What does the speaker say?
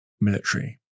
military